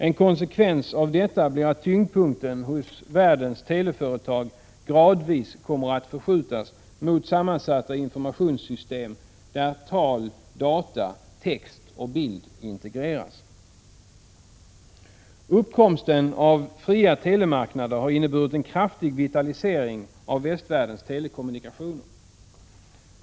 En konsekvens av detta blir att tyngdpunkten hos världens teleföretag gradvis kommer att förskjutas mot sammansatta informationssystem där tal, data, text och bild integreras, Uppkomsten av fria telemarknader har inneburit en kraftig vitalisering av västvärldens telekommunikationer.